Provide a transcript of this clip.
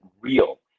real